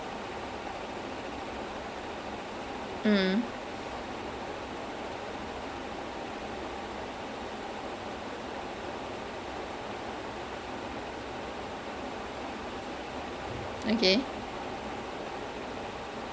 there was also one interview whatever some video right then they were like oh err அப்டியே:apdiyae dance master வருவாரு மத்த:varuvaaru matha backup dance they only practicing again then vijay வந்ததுக்கு அப்றமா:vanthathuku apramaa he will show him the step once then அப்புறம்:appuram then they'll be like take போயிடலாம்:poyidalaam sir